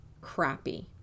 crappy